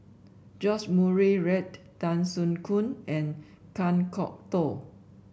George Murray Reith Tan Soo Khoon and Kan Kwok Toh